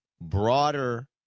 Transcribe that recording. broader